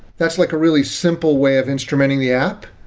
that's like a really simple way of instrumenting the app,